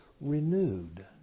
renewed